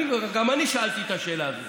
גם אני שאלתי את השאלה הזאת.